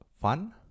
fun